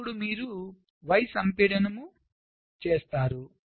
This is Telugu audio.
అప్పుడు మీరు y సంపీడనం చేస్తారు